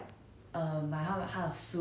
yes yes yes